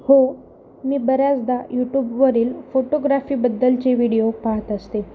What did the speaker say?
हो मी बऱ्याचदा यूटूबवरील फोटोग्राफीबद्दलचे व्हिडिओ पाहात असते